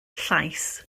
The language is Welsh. llais